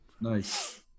Nice